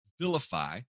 vilify